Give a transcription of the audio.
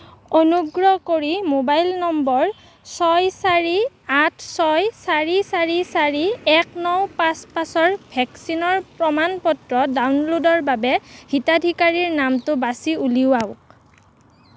অনুগ্ৰহ কৰি mobile number ছয় চাৰি আঠ ছয় চাৰি চাৰি চাৰি এক ন পাঁচ পাঁচৰ ভেকচিনৰ প্ৰমাণ পত্ৰ ডাউনলোডৰ বাবে হিতাধিকাৰীৰ নামটো বাছি উলিয়াওক